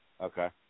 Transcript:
Okay